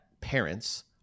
parents